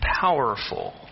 powerful